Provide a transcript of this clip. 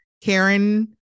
Karen